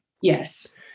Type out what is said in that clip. Yes